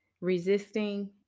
resisting